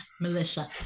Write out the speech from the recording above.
Melissa